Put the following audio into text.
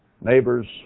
neighbors